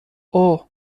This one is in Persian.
اوه